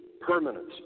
permanent